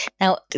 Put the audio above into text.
Now